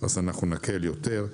אנחנו נקל יותר.